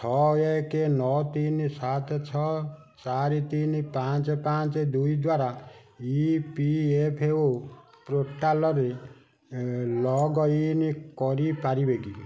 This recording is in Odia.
ଛଅ ଏକ ନଅ ତିନି ସାତ ଛଅ ଚାରି ତିନି ପାଞ୍ଚ ପାଞ୍ଚ ଦୁଇ ଦ୍ଵାରା ଇ ପି ଏଫ୍ ଓ ପୋର୍ଟାଲ୍ରେ ଲଗ୍ଇନ୍ କରିପାରିବି କି